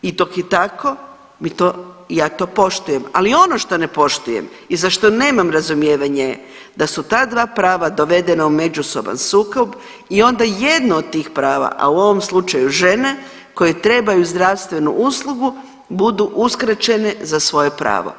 I dok je tako mi to, ja to poštujem, ali ono što ne poštujem i za što nema razumijevanje je da su ta dva prava dovedena u međusoban sukob i onda jedno od tih prava, a u ovom slučaju žene koje trebaju zdravstvenu uslugu budu uskraćene za svoje pravo.